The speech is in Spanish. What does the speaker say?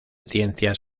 ciencias